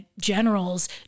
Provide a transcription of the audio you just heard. generals